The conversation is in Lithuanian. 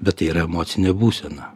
bet tai yra emocinė būsena